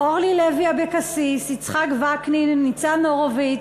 אורלי לוי אבקסיס, יצחק וקנין, ניצן הורוביץ,